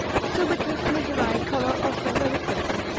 subitus miserae color ossa reliquit,